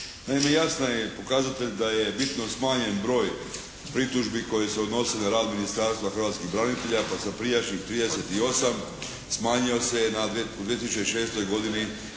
Naime, jasan je pokazatelj da je bitno smanjen broj pritužbi koje se odnose na rad Ministarstva hrvatskih branitelja pa sa prijašnjih 38 smanjio se u 2006. godini